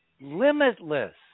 limitless